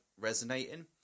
resonating